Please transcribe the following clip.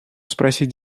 спросить